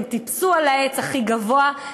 הם טיפסו על העץ הכי גבוה,